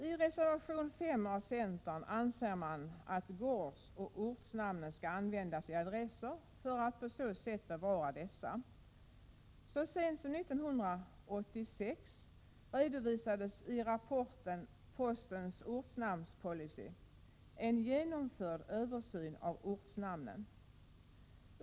I reservation 5 av centern anser man att gårdsoch ortnamn skall användas i adresser för att på så sätt bevara dessa. Så sent som 1986 redovisades i rapporten Postens ortsnamnspolicy en genomförd översyn av ortnamnen.